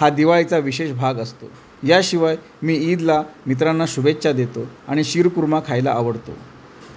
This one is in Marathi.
हा दिवाळीचा विशेष भाग असतो याशिवाय मी ईदला मित्रांना शुभेच्छा देतो आणि शिर खुर्मा खायला आवडतो